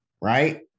Right